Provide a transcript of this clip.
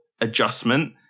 adjustment